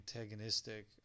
antagonistic